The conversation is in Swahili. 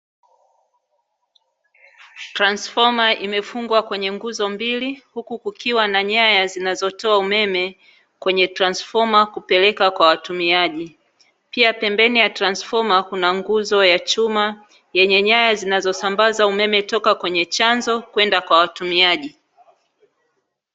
Transfoma imefungwa kwenye nguzo mbili, huku kukiwa na nyaya zinazotoa umeme kwenye transfoma kupeleka kwa watumiaji, pia pembeni ya transfoma kuna nguzo ya chuma yenye nyaya zinazosambaza umeme, toka kwenye chanzo kwenda kwa watumiaji.